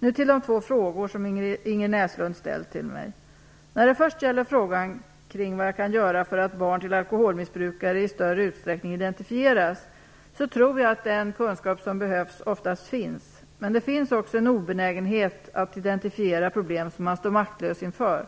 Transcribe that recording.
Nu över till de två frågor som Ingrid Näslund ställt till mig. När det gäller frågan om vad jag kan göra för att barn till alkoholmissbrukare i större utsträckning identifieras, tror jag att den kunskap som behövs oftast finns, men det finns också en obenägenhet att identifiera problem som man står maktlös inför.